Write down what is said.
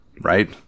right